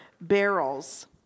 barrels